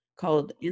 called